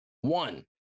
One